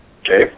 Okay